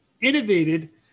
innovated